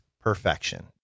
perfection